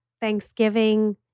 Thanksgiving